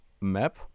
map